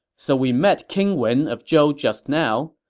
so we met king wen of zhou just now.